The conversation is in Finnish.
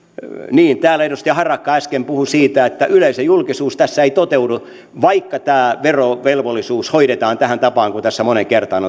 täällä edustaja harakka äsken puhui siitä että yleisöjulkisuus tässä ei toteudu vaikka tämä verovelvollisuus hoidetaan tähän tapaan kuin tässä moneen kertaan